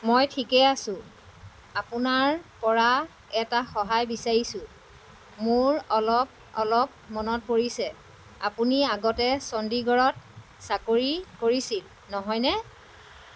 মই ঠিকেই আছোঁ আপোনাৰ পৰা এটা সহায় বিচাৰিছোঁ মোৰ অলপ অলপ মনত পৰিছে আপুনি আগতে চণ্ডীগড়ত চাকৰি কৰিছিল নহয়নে